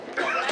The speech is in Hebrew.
14:00.